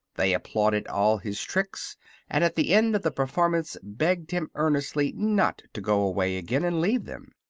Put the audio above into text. they applauded all his tricks and at the end of the performance begged him earnestly not to go away again and leave them.